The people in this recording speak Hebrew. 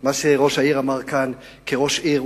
מה שראש העיר אמר כאן כראש עיר,